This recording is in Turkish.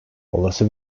olası